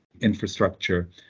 infrastructure